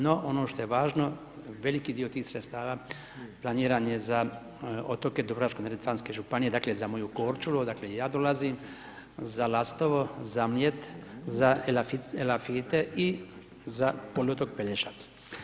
No, ono što je važno, veliki dio tih sredstava planiran je za otoke dubrovačko-neretvanske županije, dakle, za moju Korčulu, odakle i ja dolazim, za Lastovo, za Mljet, za Elafite i za poluotok Pelješac.